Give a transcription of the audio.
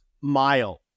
mile